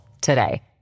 today